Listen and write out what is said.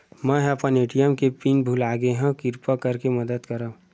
मेंहा अपन ए.टी.एम के पिन भुला गए हव, किरपा करके मदद करव